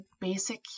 basic